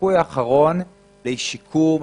הסיכוי האחרון לשיקום,